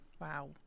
Wow